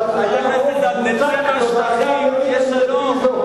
אבל היה רוב מוצק בוועדה, השעון התקלקל.